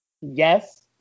yes